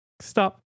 stop